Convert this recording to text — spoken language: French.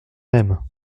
aime